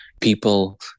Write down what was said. People